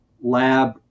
lab